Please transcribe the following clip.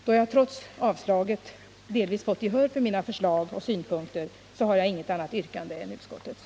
Då jag trots avstyrkandet delvis fått gehör för mina förslag och synpunkter har jag inget annat yrkande än utskottets.